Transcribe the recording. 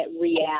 react